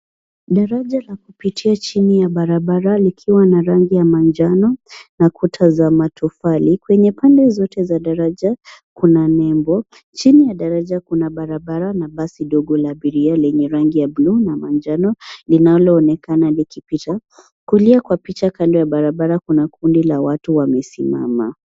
Daraja la kupitia chini ya barabara likiwa na rangi ya manjano na kuta za matofali. Kwenye pande zote za daraja, kuna nembo. Chini ya daraja kuna barabara na basi dogo la abiria lenye rangi ya buluu na manjano linaloonekana likipita. Kulia kwa picha, kando ya barabara, kuna kundi la watu wamesimama.